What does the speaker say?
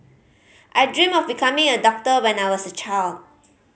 I dreamt of becoming a doctor when I was a child